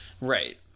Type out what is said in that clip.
Right